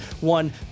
one